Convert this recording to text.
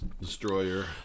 Destroyer